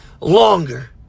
longer